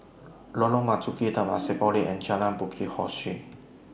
Lorong Marzuki Temasek Polytechnic and Jalan Bukit Ho Swee